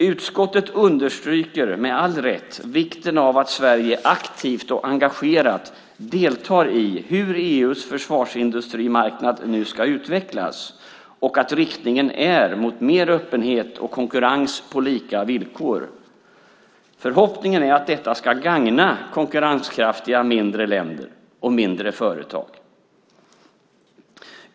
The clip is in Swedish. Utskottet understryker med all rätt vikten av att Sverige aktivt och engagerat deltar i hur EU:s försvarsindustrimarknad nu ska utvecklas och att riktningen är mot mer öppenhet och konkurrens på lika villkor. Förhoppningen är att detta ska gagna konkurrenskraftiga mindre länder och mindre företag.